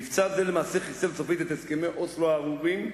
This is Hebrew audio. מבצע זה למעשה חיסל סופית את הסכמי אוסלו הארורים,